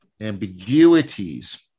ambiguities